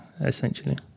essentially